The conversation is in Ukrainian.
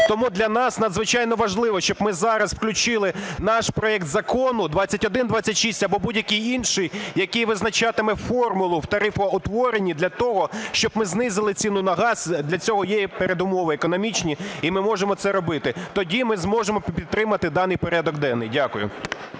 Тому для нас надзвичайно важливо, щоб ми зараз включили наш проект Закону 2126 або будь-який інший, який визначатиме формулу в тарифоутворенні для того, щоб ми знизили ціну на газ. Для цього є передумови економічні, і ми можемо це робити. Тоді ми зможемо підтримати даний порядок денний. Дякую.